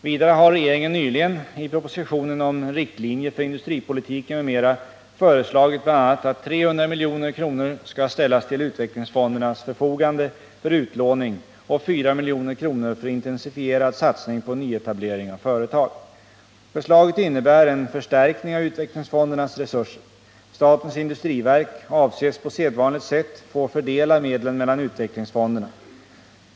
Vidare har regeringen nyligen, i propositionen om riktlinjer för industripolitiken m.m., föreslagit bl.a. att 300 milj.kr. skall ställas till utvecklingsfondernas förfogande för utlåning och 4 milj.kr. för intensifierad satsning på nyetablering av företag. Förslaget innebär en förstärkning av utvecklingsfondernas resurser. Statens industriverk avses på sedvanligt sätt få fördela medlen mellan utvecklingsfonderna.